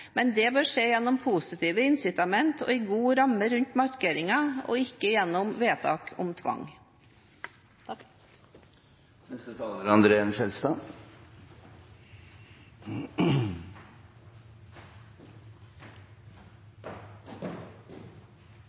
men det bør skje gjennom positive incitamenter og en god ramme rundt markeringen, og ikke gjennom vedtak om tvang.